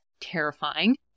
terrifying